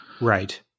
Right